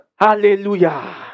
hallelujah